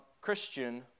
Christian